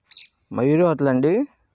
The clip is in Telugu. మయూరి హోటలా అండి